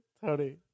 tony